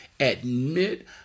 Admit